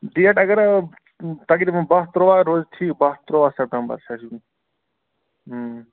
date اگر تقریٖباً بَہہ تُرٛواہ روزِ ٹھیٖک بَہہ تُرٛواہ سٮ۪پٹمبَر چھِ اَسہِ